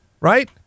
right